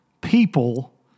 people